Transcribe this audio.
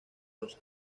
los